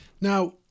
now